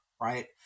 Right